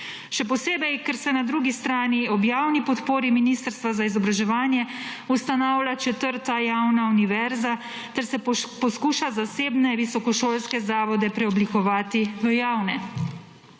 Še posebej, ker se na drugi strani ob javni podpori Ministrstva za izobraževanje ustanavlja četrta javna univerza ter se poskuša zasebne visokošolske zavode preoblikovati v javne.